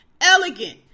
elegant